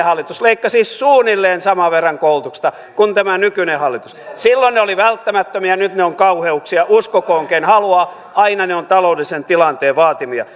hallitus leikkasi suunnilleen saman verran koulutuksesta kuin tämä nykyinen hallitus silloin ne olivat välttämättömiä ja nyt ne ovat kauheuksia uskokoon ken haluaa aina ne ovat taloudellisen tilanteen vaatimia